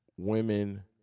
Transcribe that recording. Women